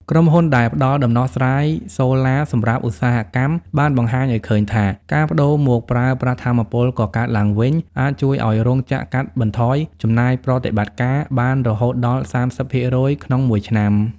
ក្រុមហ៊ុនដែលផ្ដល់ដំណោះស្រាយសូឡាសម្រាប់ឧស្សាហកម្ម បានបង្ហាញឱ្យឃើញថា ការប្ដូរមកប្រើប្រាស់ថាមពលកកើតឡើងវិញអាចជួយឱ្យរោងចក្រកាត់បន្ថយចំណាយប្រតិបត្តិការបានរហូតដល់ ៣០% ក្នុងមួយឆ្នាំ។